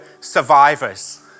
survivors